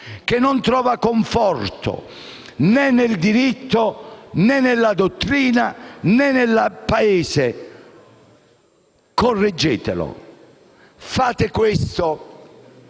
che non trova conforto né nel diritto né nella dottrina né nel Paese. Fate questo